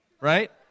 right